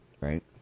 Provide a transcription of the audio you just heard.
right